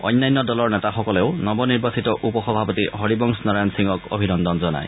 অন্যান্য দলৰ নেতাসকলেও নৱনিৰ্বাচিত সভাপতি হৰিবংশ নাৰায়ণ সিঙক অভিনন্দন জনায়